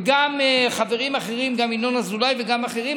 וגם חברים אחרים, גם ינון אזולאי וגם אחרים.